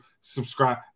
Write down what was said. subscribe